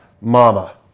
mama